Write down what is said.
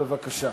בבקשה.